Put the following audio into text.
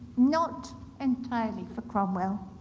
not entirely for cromwell,